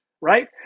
right